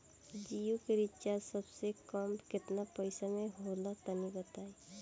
जियो के रिचार्ज सबसे कम केतना पईसा म होला तनि बताई?